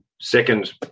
Second